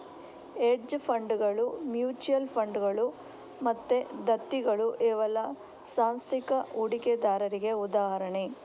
hedge ಫಂಡುಗಳು, mutual ಫಂಡುಗಳು ಮತ್ತೆ ದತ್ತಿಗಳು ಇವೆಲ್ಲ ಸಾಂಸ್ಥಿಕ ಹೂಡಿಕೆದಾರರಿಗೆ ಉದಾಹರಣೆ